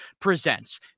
presents